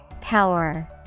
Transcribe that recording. Power